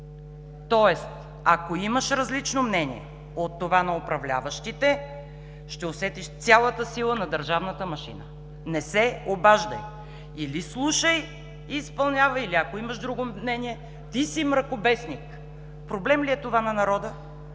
тоест ако имаш различно мнение от това на управляващите, ще усетиш цялата сила на държавната машина – „Не се обаждай!“, или „Слушай и изпълнявай!“, или „Ако имаш друго мнение – ти си мракобесник!“. Проблем ли е това на народа?